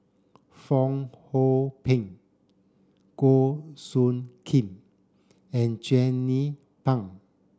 Fong Hoe Beng Goh Soo Khim and Jernnine Pang